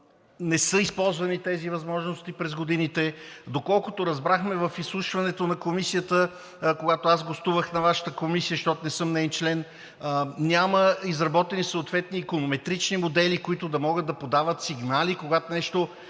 Не са използвани тези възможности през годините. Доколкото разбрахме в изслушването на Комисията, когато гостувах на Вашата комисия, защото не съм неин член, няма изработени съответни иконометрични модели, които да могат да подават сигнали, когато нещо